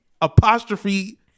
apostrophe